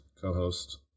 co-host